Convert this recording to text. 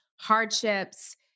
Hardships